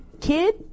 kid